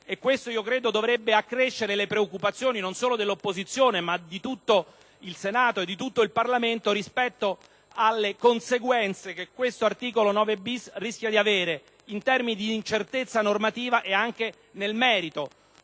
e questo credo dovrebbe accrescere le preoccupazioni, non solo dell’opposizione ma di tutto il Senato e di tutto il Parlamento rispetto alle conseguenze che questo articolo 9-bis rischia di produrre in termini di incertezza normativa e anche nel merito.